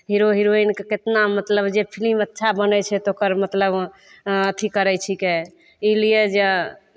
hero हिरोइनके कितना मतलब जे फिलिम अच्छा बनै छै तकर मतलब अथी करै छिकै इ लिए जे